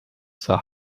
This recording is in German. zur